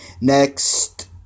next